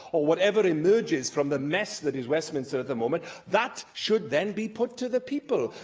or whatever emerges from the mess that is westminster at the moment that should then be put to the people.